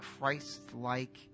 Christ-like